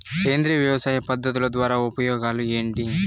సేంద్రియ వ్యవసాయ పద్ధతుల ద్వారా ఉపయోగాలు ఏంటి?